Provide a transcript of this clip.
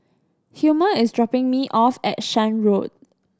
Hilmer is dropping me off at Shan Road